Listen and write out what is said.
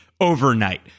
overnight